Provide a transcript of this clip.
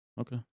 Okay